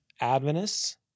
Adventists